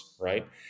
right